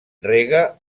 rega